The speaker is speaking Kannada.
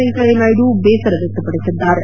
ವೆಂಕಯ್ದನಾಯ್ದು ಬೇಸರ ವ್ಯಕ್ತಪಡಿಸಿದ್ದಾರೆ